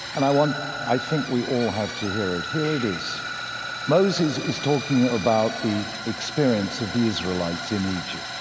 and i want i think we all have to hear it. here it is moses is talking about the experience of the israelites in egypt.